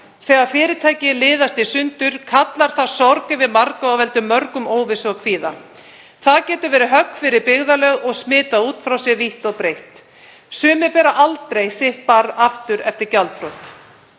Þegar fyrirtæki liðast í sundur kallar það sorg yfir marga og veldur mörgum óvissu og kvíða. Það getur verið högg fyrir byggðarlög og smitað út frá sér vítt og breitt. Sumir bera aldrei sitt barr aftur eftir gjaldþrot.